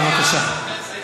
בבקשה.